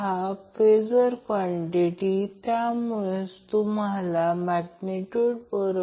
हा फेज क्रम आपण याला a b c फेज क्रम म्हणतो